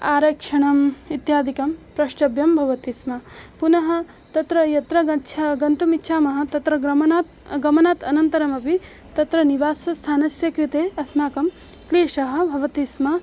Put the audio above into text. आरक्षणम् इत्यादिकं प्रष्टव्यं भवति स्म पुनः तत्र यत्र गच्छ गन्तुम् इच्छामः तत्र गमनात् गमनात् अनन्तरमपि तत्र निवासस्थानस्य कृते अस्माकं क्लेशः भवति स्म